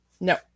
No